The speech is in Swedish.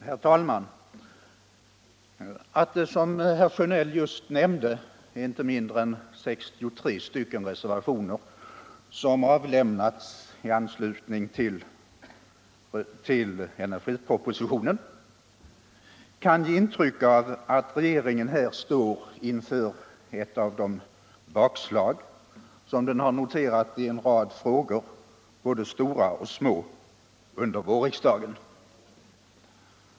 Herr talman! Att, som herr Sjönell just nämnde, inte mindre än 63 reservationer avlämnats under näringsutskottets behandling av energipropositionen kan ge intryck av att regeringen här står inför ett av de bakslag som den noterat i en rad frågor, både stora och små, under vårriksdagen.